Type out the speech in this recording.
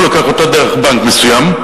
הוא לוקח אותה דרך בנק מסוים.